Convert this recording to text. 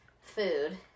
food